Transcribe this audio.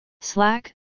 Slack